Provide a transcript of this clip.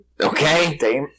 okay